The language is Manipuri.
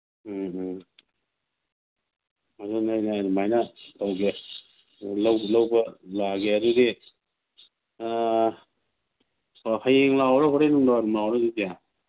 ꯎꯝ ꯎꯝ ꯑꯗꯨꯅꯦ ꯑꯩꯅ ꯑꯗꯨꯃꯥꯏꯅ ꯇꯧꯒꯦ ꯂꯧꯕ ꯂꯥꯛꯑꯒꯦ ꯑꯗꯨꯗꯤ ꯑꯣ ꯍꯌꯦꯡ ꯂꯥꯛꯑꯣꯔꯥ ꯍꯣꯔꯦꯟ ꯅꯨꯡꯗꯥꯡꯋꯥꯏꯔꯝ ꯂꯥꯛꯑꯣꯔꯥ ꯑꯗꯨꯗꯤ